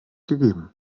gegeben